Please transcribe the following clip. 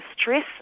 stress